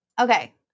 Okay